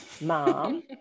Mom